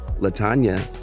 LaTanya